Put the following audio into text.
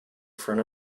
front